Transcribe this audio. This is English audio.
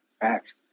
Facts